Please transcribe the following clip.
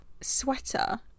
sweater